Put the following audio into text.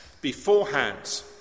beforehand